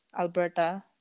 Alberta